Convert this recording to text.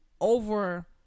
over